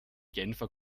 genfer